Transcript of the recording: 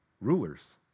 rulers